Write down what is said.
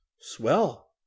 Swell